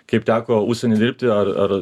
kaip teko užsieny dirbti ar ar